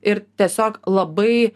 ir tiesiog labai